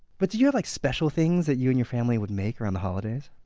but do you have like special things that you and your family would make around the holidays?